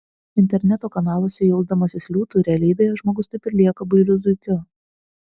interneto kanaluose jausdamasis liūtu realybėje žmogus taip ir lieka bailiu zuikiu